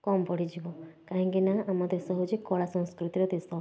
କମ୍ ପଡ଼ିଯିବ କାହିଁକି ନା ଆମ ଦେଶ ହେଉଛି କଳା ସଂସ୍କୃତିର ଦେଶ